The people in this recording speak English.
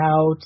out